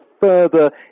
further